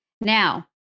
Now